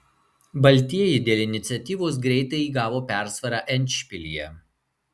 baltieji dėl iniciatyvos greitai įgavo persvarą endšpilyje